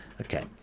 Okay